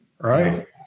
Right